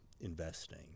investing